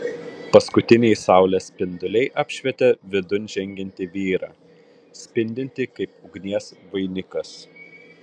paskutiniai saulės spinduliai apšvietė vidun žengiantį vyrą spindintį kaip ugnies vainikas